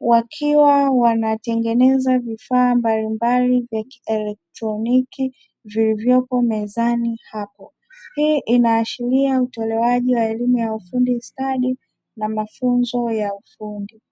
wakiwa wanatengeneza vifaa mbalimbali vya kielectroniki vilivyopo mezani hapo. Hii inaashiria utolewaji wa elimu ya ufundi stadi na mafunzo ya ufundi.